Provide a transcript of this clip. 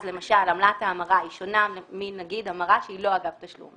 אז למשל עמלת ההמרה היא שונה מהמרה שהיא לא אגב תשלום,